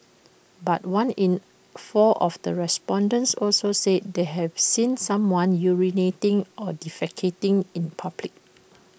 but one in four of the respondents also said they have seen someone urinating or defecating in public